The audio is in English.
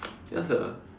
ya sia